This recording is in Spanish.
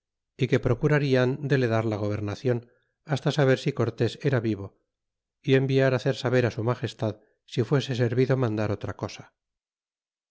y que procurarian de le dar la gobernacion hasta saber si cortés era vivo y enviar á hacer saber su magestad si fuese servido mandar otra cosa